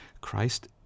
Christ